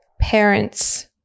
parents